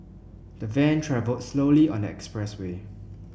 the van travelled slowly on the expressway